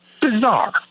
bizarre